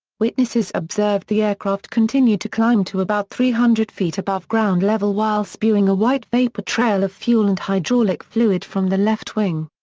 witnesses observed the aircraft continue to climb to about three hundred feet above ground level while spewing a white vapor trail of fuel and hydraulic fluid from the left wing.